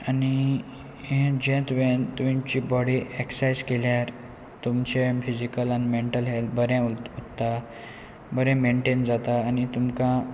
आनी हें जे तुवेंन तुमची बॉडी एक्सर्सायज केल्यार तुमचे फिजिकल आनी मेंटल हेल्थ बरें उरता बरें मेनटेन जाता आनी तुमकां